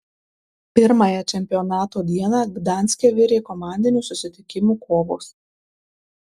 pirmąją čempionato dieną gdanske virė komandinių susitikimų kovos